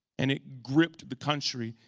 and it gripped the country.